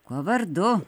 kuo vardu